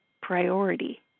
priority